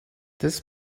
this